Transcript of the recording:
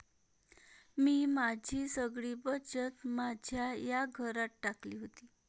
मी माझी सगळी बचत माझ्या या घरात टाकली होती